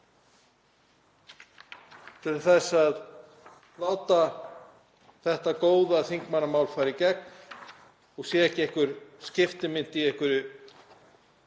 til þess að láta þetta góða þingmannamál fara í gegn og það verði ekki skiptimynt í einhverjum